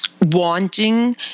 wanting